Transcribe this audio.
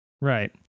Right